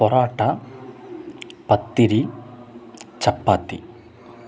parotta pathiri ചപ്പാത്തി